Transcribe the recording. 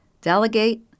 delegate